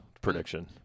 prediction